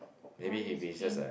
orh he's keen